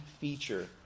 feature